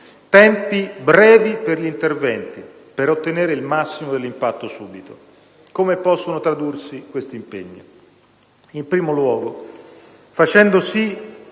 *tempi brevi per gli interventi* per ottenere il massimo dell'impatto subito. Come possono tradursi questi impegni? In primo luogo, facendo